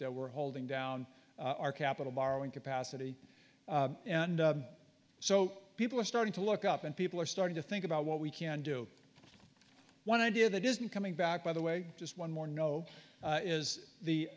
were holding down our capital borrowing capacity and so people are starting to look up and people are starting to think about what we can do one idea that isn't coming back by the way just one more know is the